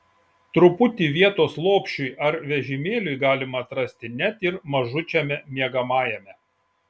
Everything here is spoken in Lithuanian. truputį vietos lopšiui ar vežimėliui galima atrasti net ir mažučiame miegamajame